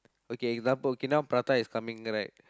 okay example k now prata is coming the right